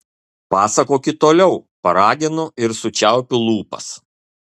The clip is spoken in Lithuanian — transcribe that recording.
pasakokit toliau paraginu ir sučiaupiu lūpas